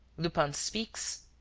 lupin speaks,